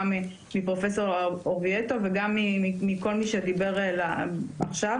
גם לפרופ' אורביטו וגם מכל מי שדיבר עכשיו.